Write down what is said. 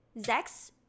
Zex